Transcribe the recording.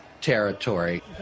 territory